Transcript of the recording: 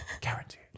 Guaranteed